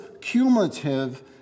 cumulative